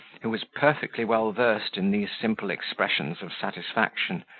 who was perfectly well versed in these simple expressions of satisfaction,